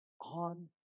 on